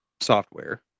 software